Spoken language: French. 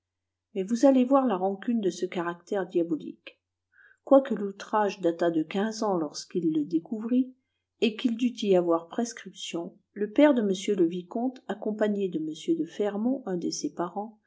mais vous allez voir la rancune de ce caractère diabolique quoique l'outrage datât de quinze ans lorsqu'il le découvrit et qu'il dût y avoir prescription le père de m le vicomte accompagné de m de fermont un de ses parents